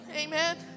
Amen